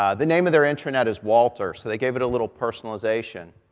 ah the name of their intranet is walter, so they gave it a little personalization.